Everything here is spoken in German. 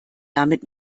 damit